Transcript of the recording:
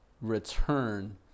return